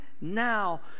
now